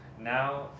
Now